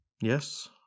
yes